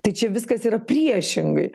tai čia viskas yra priešingai